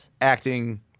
acting